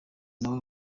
nabo